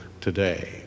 today